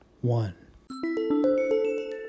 one